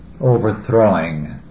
overthrowing